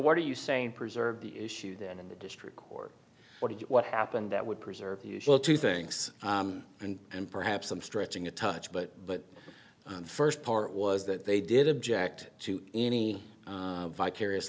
what are you saying preserve the issue then in the district court what do you what happened that would preserve well two things and perhaps i'm stretching a touch but but the first part was that they did object to any vicarious